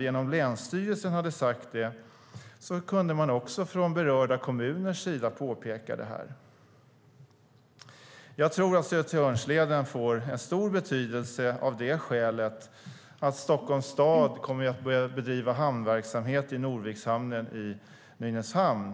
genom länsstyrelsen sagt det kunde det påpekas även från berörda kommuners sida. Jag tror att Södertörnsleden får en stor betydelse av det skälet att Stockholms stad kommer att börja bedriva hamnverksamhet i Norvikshamnen i Nynäshamn.